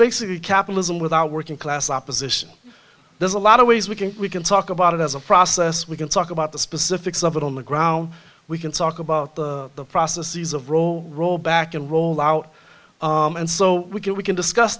basically capitalism without working class opposition there's a lot of ways we can we can talk about it as a process we can talk about the specifics of it on the ground we can talk about the processes of roll roll back and roll out and so we can we can discuss